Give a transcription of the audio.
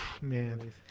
Man